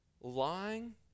lying